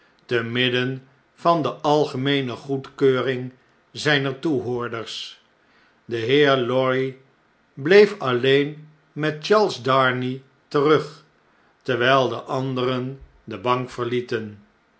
te midden vande algemeene goedkeuring zijner toehoorders de heer lorry bleef alleen met charles darnay terug terwtjl de anderen de bank verlieten